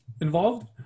involved